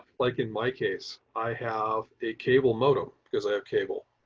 like, in my case, i have a cable modem, because i have cable,